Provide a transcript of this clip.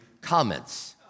comments